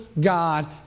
God